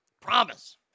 Promise